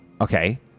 Okay